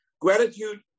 Gratitude